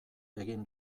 egin